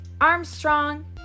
Armstrong